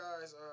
guys